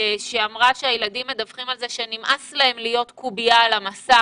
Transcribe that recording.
שאמרה שהילדים מדווחים על זה שנמאס להם להיות קובייה על המסך.